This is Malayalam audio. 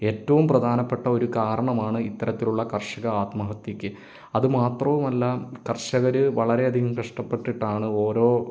ഏറ്റവും പ്രധാനപ്പെട്ട ഒരു കാരണമാണ് ഇത്തരത്തിലുള്ള കർഷക ആത്മഹത്യക്ക് അതു മാത്രവുമല്ല കർഷകർ വളരെയധികം കഷ്ടപ്പെട്ടിട്ടാണ് ഓരോ